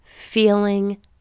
feeling